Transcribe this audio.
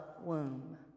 womb